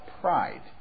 pride